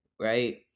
right